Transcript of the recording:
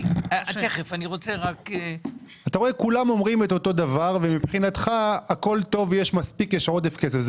כולם אומרים את אותו דבר ומבחינתך הכול טוב ויש מספיק ויש עודף כסף.